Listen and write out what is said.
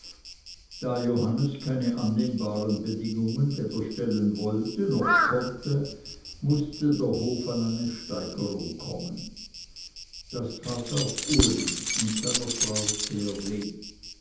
da johannes keine annehmbaren bedingungen weder stellen wollte noch konnte mußte der hof an eine steigerung kommen das tat auch uli und seiner frau sehr weh